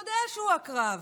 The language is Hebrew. יודע שהוא עקרב,